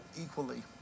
equally